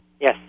Yes